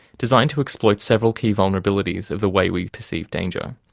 designed to exploit several key vulnerabilities of the way we perceive danger.